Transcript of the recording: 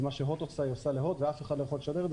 ואת מה שהוט עושה היא עושה להוט ואף אחד לא יכול לשדר את זה,